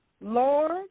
Lord